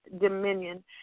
dominion